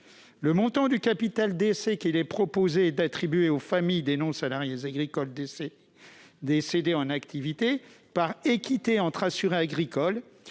Le montant du capital décès qu'il est proposé d'attribuer aux familles des non-salariés agricoles décédés en activité est équivalent, par équité entre assurés agricoles,